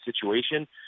situation